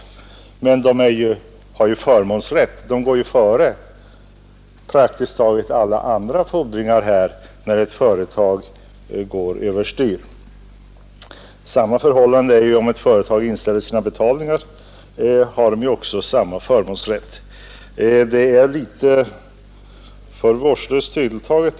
Men det allmänna har ju förmånsrätten. Skattefordringar går före praktiskt taget alla andra fordringar, när ett företag gått över styr. Om ett företag inställer sina betalningar har det allmänna också samma förmånsrätt för skattefordringar.